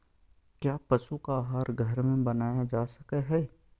क्या पशु का आहार घर में बनाया जा सकय हैय?